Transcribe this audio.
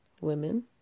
women